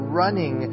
running